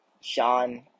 Sean